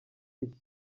iki